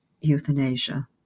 Euthanasia